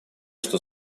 что